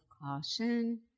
caution